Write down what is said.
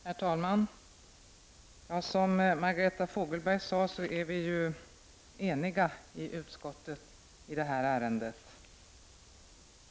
Herr talman! Som Margareta Fogelberg sade är vi eniga i utskottet i det här ärendet.